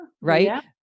right